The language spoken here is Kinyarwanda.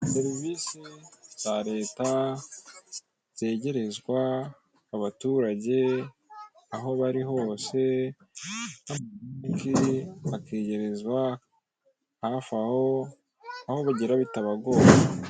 Serivisi za leta zegerezwa abaturage aho bari hose, ndetse bakigerezwa hafi aho aho bagera bitabagoye.